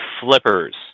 Flippers